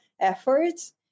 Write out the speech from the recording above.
efforts